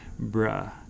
bruh